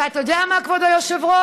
ואתה יודע מה, כבוד היושב-ראש?